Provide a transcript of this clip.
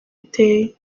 iteye